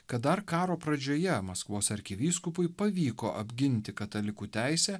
kad dar karo pradžioje maskvos arkivyskupui pavyko apginti katalikų teisę